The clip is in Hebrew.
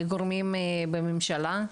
לגורמים בממשלה?